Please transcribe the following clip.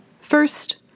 First